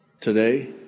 today